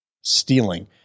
stealing